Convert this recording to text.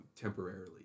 temporarily